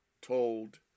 told